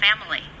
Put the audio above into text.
family